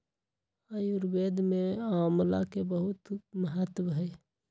आयुर्वेद में आमला के बहुत महत्व हई